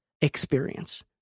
experience